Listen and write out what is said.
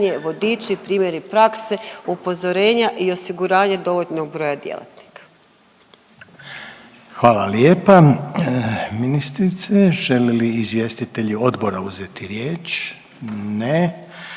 Hvala lijepa ministrice. Žele li izvjestitelji odbora uzeti riječ? Ne,